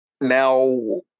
now